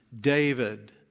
David